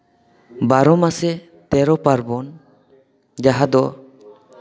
ᱵᱟᱨᱚ ᱢᱟᱥᱮ ᱛᱮᱨᱚ ᱯᱟᱨᱵᱚᱱ ᱡᱟᱦᱟᱸ ᱫᱚ